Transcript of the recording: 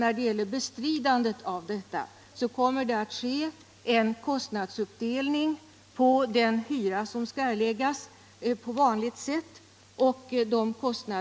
När det gäller bestridandet av kostnaderna kommer det att ske en kostnadsuppdelning via den hyra som skall erläggas av den myndighet som tar lokaler i anspråk.